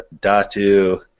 Datu